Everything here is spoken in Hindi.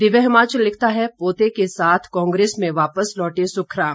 दिव्य हिमाचल लिखता है पोते के साथ कांग्रेस में वापस लौटे सुखराम